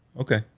Okay